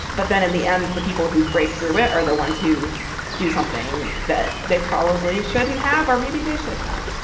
but then in the end, the people who break through it are the ones who do something that they probably shouldn't have or maybe they should have.